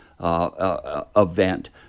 event